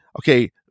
Okay